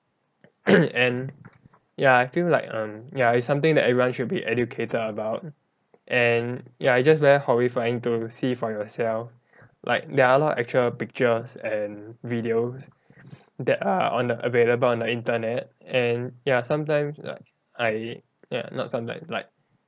and ya I feel like um ya it's something that everyone should be educated about and ya it just very horrifying to see for yourself like there are a lot of actual pictures and videos that are on the available on the internet and ya sometimes like I ya not sometimes like